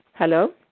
Hello